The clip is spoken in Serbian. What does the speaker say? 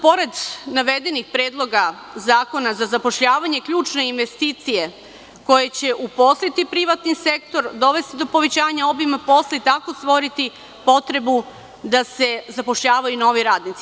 Pored navedenih predloga zakona za zapošljavanje su ključne investicije koje će uposliti privatni sektor, dovesti do povećanja obima posla i tako stvoriti potrebu da se zapošljavaju novi radnici.